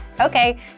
Okay